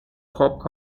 pop